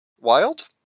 wild